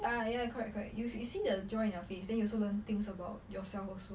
ya ya correct correct you see you see the joy in your face then you also learn things about yourself also